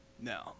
No